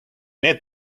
need